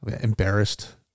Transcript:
embarrassed